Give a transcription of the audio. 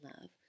love